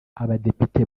abadepite